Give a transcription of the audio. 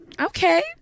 Okay